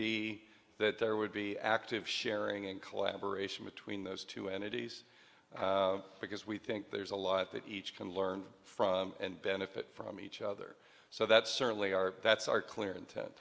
be that there would be active sharing and collaboration between those two entities because we think there's a lot that each can learn from and benefit from each other so that's certainly our that's our clear inten